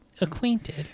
acquainted